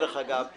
דרך אגב,